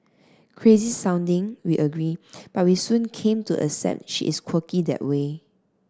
crazy sounding we agree but we soon came to accept she is quirky that way